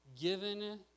given